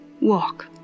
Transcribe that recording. walk